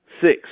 Six